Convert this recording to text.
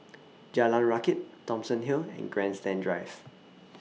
Jalan Rakit Thomson Hill and Grandstand Drive